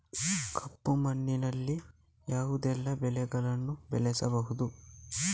ಕಪ್ಪು ಮಣ್ಣಿನಲ್ಲಿ ಯಾವುದೆಲ್ಲ ಬೆಳೆಗಳನ್ನು ಬೆಳೆಸಬಹುದು?